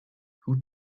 who